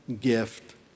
gift